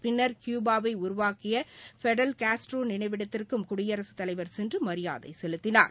பின்னர் கியூபாவை உருவாக்கிய பெடல் கேஸ்ட்ரோ நினைவிடத்திற்கும் குடியரசுத்தலைவர் சென்று மரியாதை செலுத்தினார்